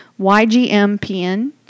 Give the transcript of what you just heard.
YGMPN